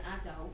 adult